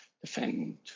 defend